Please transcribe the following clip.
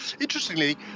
Interestingly